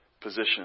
position